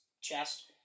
chest